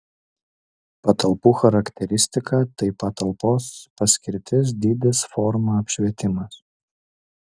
patalpų charakteristika tai patalpos paskirtis dydis forma apšvietimas